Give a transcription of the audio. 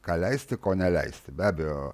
ką leisti ko neleisti be abejo